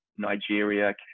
Nigeria